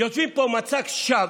יוצרים פה מצג שווא,